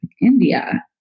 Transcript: India